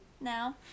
now